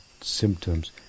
symptoms